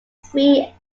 free